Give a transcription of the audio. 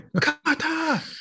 Kata